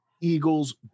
Eagles